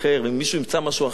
ואם מישהו ימצא משהו אחר,